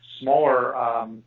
smaller